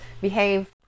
behave